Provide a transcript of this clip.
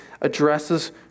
addresses